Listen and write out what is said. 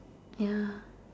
ya